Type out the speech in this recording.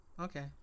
Okay